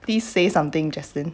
please say something jaslyn